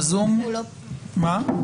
בבקשה,